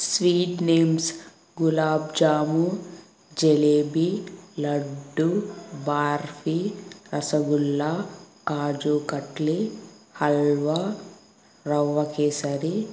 sweet names gulab jamun jalebi laddu barfi rasgulla kaju katli halwa rava kesari